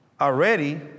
Already